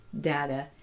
data